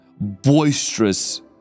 boisterous